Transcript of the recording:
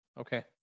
Okay